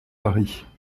paris